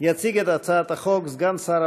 הצעת החוק התקבלה בקריאה